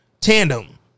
tandem